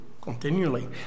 Continually